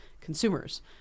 consumers